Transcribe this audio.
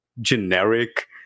generic